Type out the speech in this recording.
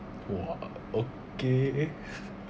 !wah! okay